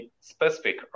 specific